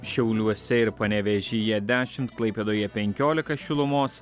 šiauliuose ir panevėžyje dešimt klaipėdoje penkiolika šilumos